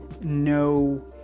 no